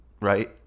Right